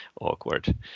awkward